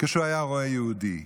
כשהוא ראה יהודי.